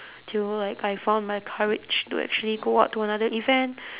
till like I found my courage to actually go out to another event